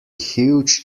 huge